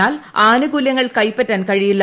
എന്നാൽ ആനുകൂല്യങ്ങൾ കൈപ്പറ്റാൻ കഴിയില്ല